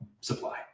supply